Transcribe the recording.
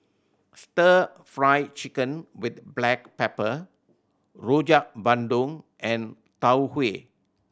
Stir Fry Chicken with black pepper Rojak Bandung and Tau Huay